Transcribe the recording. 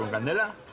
candela.